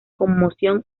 conmoción